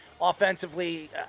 Offensively